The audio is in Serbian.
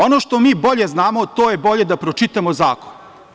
Ono što mi bolje znamo, to je da bolje pročitamo zakon.